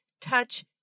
touch